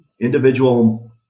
individual